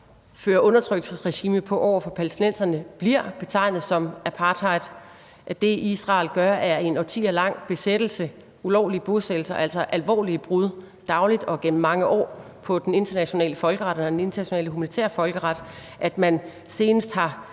fører undertrykkelsesregime på over for palæstinenserne, bliver betegnet som apartheid; at det, Israel gør, er en årtier lang besættelse og ulovlige bosættelser, altså alvorlige brud dagligt og gennem mange år på den internationale folkeret eller den internationale humanitære folkeret;